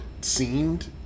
seemed